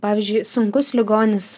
pavyzdžiui sunkus ligonis